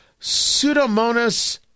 Pseudomonas